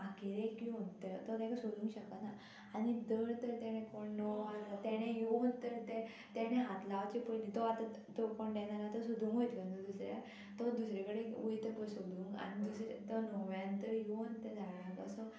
आखेरेक येवन तर तो तेका सोदूंक शकना आनी धर तर तेणें कोण णव्वो आहलो तेणें येवन तर ते तेणें हात लावचे पयलीं तो आतां तो कोण डॅनर आहा तो सोदूंक वयतलो न्हू दुसऱ्याक तो दुसरे कडेन वयता पय सोदूंक आनी दुसरे तो णव्यान तर येवन तें झाडाक असो